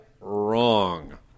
wrong